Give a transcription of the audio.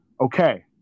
okay